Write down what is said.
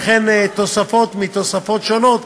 וכן תוספות מתוספות שונות,